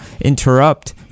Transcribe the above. interrupt